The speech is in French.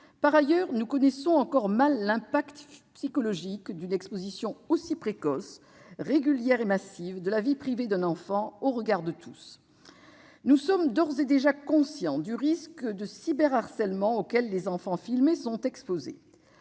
Par ailleurs, nous connaissons encore mal l'impact psychologique d'une exposition aussi précoce, régulière et massive de la vie privée d'un enfant aux regards de tous. Nous sommes d'ores et déjà conscients du risque de cyberharcèlement auquel les enfants filmés sont exposés.